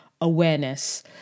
awareness